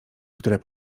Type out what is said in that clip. które